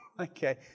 Okay